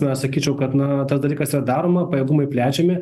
na sakyčiau kad na tas dalykas yra daroma pajėgumai plečiami